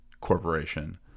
Corporation